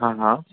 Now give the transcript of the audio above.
हा हा